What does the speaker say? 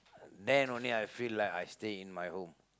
then only I feel like I stay in my home